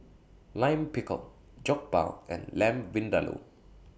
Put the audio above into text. Lime Pickle Jokbal and Lamb Vindaloo